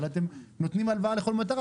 אבל אתם נותנים הלוואה לכל מטרה,